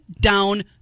down